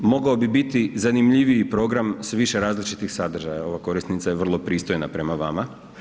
Mogao bi biti zanimljiviji program s više različitih sadržaja, ova korisnica je vrlo pristojna prema vama.